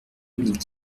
dominique